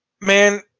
Man